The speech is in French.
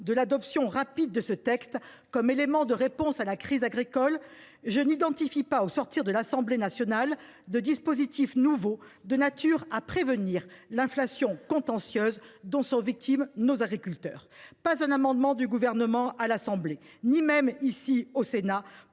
une adoption rapide de ce texte comme élément de réponse à la crise agricole, je n’identifie pas, à l’issue des travaux de l’Assemblée nationale, de dispositifs nouveaux de nature à prévenir l’inflation contentieuse dont sont victimes nos agriculteurs : pas un amendement du Gouvernement à l’Assemblée nationale ni même au Sénat